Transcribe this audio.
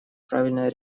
правильное